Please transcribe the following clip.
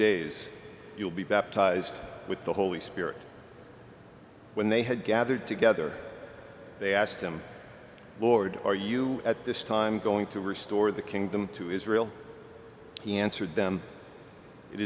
days you'll be baptized with the holy spirit when they had gathered together they asked him lord are you at this time going to restore the kingdom to israel he answered them it